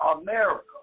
America